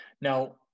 Now